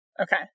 Okay